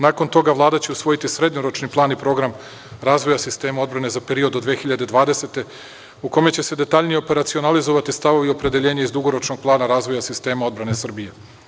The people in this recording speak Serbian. Nakon toga Vlada će usvojiti Srednjoročni plan i program razvoja sistema odbrane za period do 2020. godine u kome će se detaljnije operacionalizovati stavovi i opredeljenja iz Dugoročnog plana razvoja sistema odbrane Srbije.